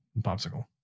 popsicle